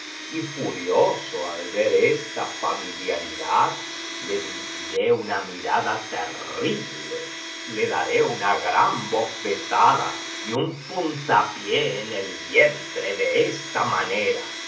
y furioso al ver esta familiaridad le dirigiré una mirada terrible le daré una gran bofetada y un puntapié en el vientre de esta manera